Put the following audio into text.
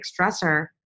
stressor